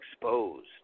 exposed